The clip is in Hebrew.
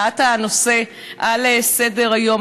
על העלאת הנושא על סדר-היום,